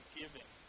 giving